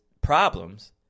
problems